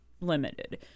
limited